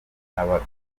n’abaganga